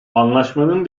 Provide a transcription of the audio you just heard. anlaşmanın